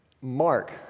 Mark